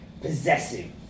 possessive